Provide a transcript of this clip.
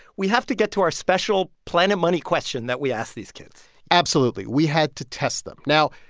we have to get to our special planet money question that we asked these kids absolutely. we had to test them. now,